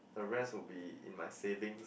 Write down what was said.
the rest would be in my savings